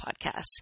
podcasts